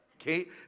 okay